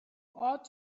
ought